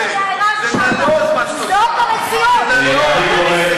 המציאות היא,